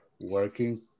working